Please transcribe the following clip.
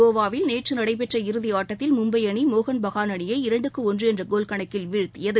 கோவாவில் நேற்றுநடைபெற்ற இறுதியாட்டத்தில் மும்பைஅணி மோகன் பகான் அணியை இரண்டுக்கு ஒன்றுஎன்றகோல் கணக்கில் வீழ்த்தியது